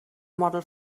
model